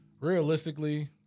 Realistically